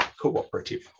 cooperative